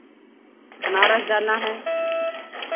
बनारस जाना है